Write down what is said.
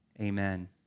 amen